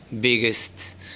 biggest